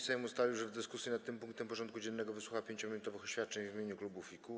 Sejm ustalił, że w dyskusji nad tym punktem porządku dziennego wysłucha 5-minutowych oświadczeń w imieniu klubów i kół.